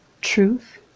Truth